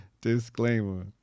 Disclaimer